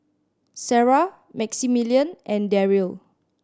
Sarrah Maximilian and Darryl